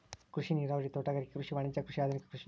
ಕೃಷಿ ನೇರಾವರಿ, ತೋಟಗಾರಿಕೆ ಕೃಷಿ, ವಾಣಿಜ್ಯ ಕೃಷಿ, ಆದುನಿಕ ಕೃಷಿ